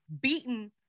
beaten